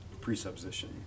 presupposition